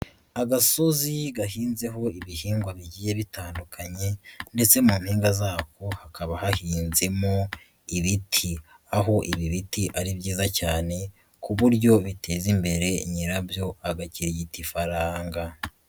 Agasozi gahinzeho ibihingwa bigiye bitandukanye ndetse mu mpinga zako hakaba hahinzemo ibiti. Aho ibi biti ari byiza cyane ku buryo biteza imbere nyirabyo, agakirigita ifaranga.